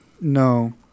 No